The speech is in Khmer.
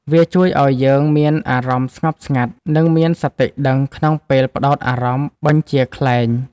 វាជួយឱ្យយើងមានអារម្មណ៍ស្ងប់ស្ងាត់ និងមានសតិដឹងក្នុងពេលផ្ដោតអារម្មណ៍បញ្ជាខ្លែង។